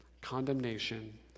condemnation